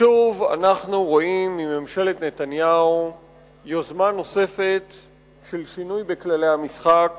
שוב אנחנו רואים מממשלת נתניהו יוזמה נוספת של שינוי בכללי המשחק